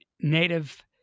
native